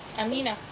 amina